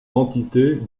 entités